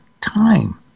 time